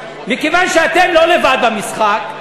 מכיוון שאתם לא לבד במשחק,